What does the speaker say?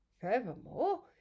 Furthermore